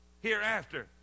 hereafter